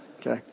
Okay